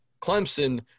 Clemson